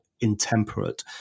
intemperate